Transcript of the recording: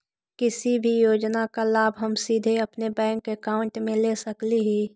किसी भी योजना का लाभ हम सीधे अपने बैंक अकाउंट में ले सकली ही?